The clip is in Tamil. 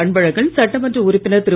அன்பழகன் சட்டமன்ற உறுப்பினர் திரு